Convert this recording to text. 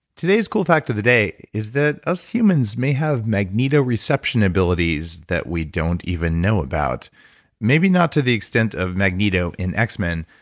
today's cool fact of the day is that us humans may have magneto reception abilities that we don't even know about maybe not to the extent of magneto in x-men,